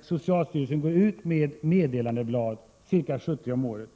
Socialstyrelsen går alltså ut med ca 70 meddelandeblad om året.